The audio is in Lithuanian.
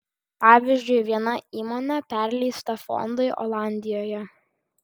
pavyzdžiui viena įmonė perleista fondui olandijoje